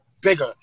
bigger